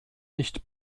nicht